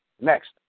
Next